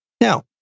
Now